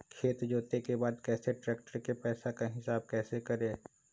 खेत जोते के बाद कैसे ट्रैक्टर के पैसा का हिसाब कैसे करें?